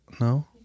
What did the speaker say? No